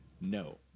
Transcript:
No